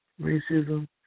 racism